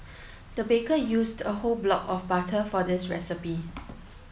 the baker used a whole block of butter for this recipe